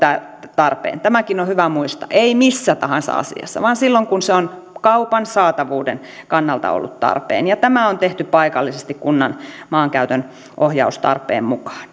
tarpeen tämäkin on hyvä muistaa ei missä tahansa asiassa vaan silloin kun se on kaupan saatavuuden kannalta ollut tarpeen ja tämä on tehty paikallisesti kunnan maankäytön ohjaustarpeen mukaan